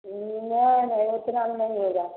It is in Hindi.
नहीं नहीं इतना में नहीं होगा